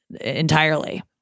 entirely